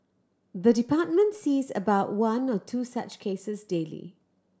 the department sees about one or two such cases daily